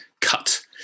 cut